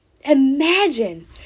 imagine